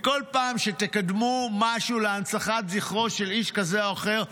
בכל פעם שתקדמו משהו להנצחת זכרו של איש כזה או אחר,